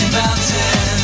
mountain